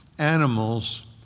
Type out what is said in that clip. animals